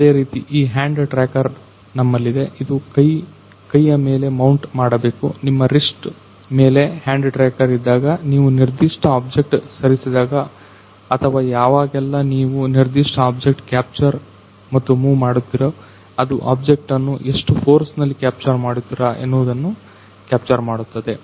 ಅದೇರೀತಿ ಈ hand tracker ನಮ್ಮಲ್ಲಿದೆ ಇದನ್ನ ಕೈಯ ಮೇಲೆ ಮೌಂಟ್ ಮಾಡಬೇಕು ನಿಮ್ಮ ರಿಸ್ಟ್ ಮೇಲೆ ಹ್ಯಾಂಡ್ ಟ್ರ್ಯಾಕ್ಟರ್ ಇದ್ದಾಗ ನೀವು ನಿರ್ದಿಷ್ಟ ಆಬ್ಜೆಕ್ಟ್ ಸರಿಸಿದಾಗ ಅಥವಾ ಯಾವಾಗೆಲ್ಲ ನೀವು ನಿರ್ದಿಷ್ಟ ಆಬ್ಜೆಕ್ಟ್ ಕ್ಯಾಪ್ಚರ್ ಮತ್ತು ಮೂವ್ ಮಾಡುತ್ತಿರೋ ಇದು ಆಬ್ಜೆಕ್ಟ್ ಅನ್ನು ಎಷ್ಟು ಫೋರ್ಸ್ ನಲ್ಲಿ ಕ್ಯಾಪ್ಚರ್ ಮಾಡುತ್ತೀರಾ ಅನ್ನುವುದನ್ನು ಕ್ಯಾಪ್ಚರ್ ಮಾಡುತ್ತದೆ